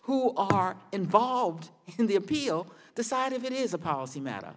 who are involved in the appeal the side of it is a policy matter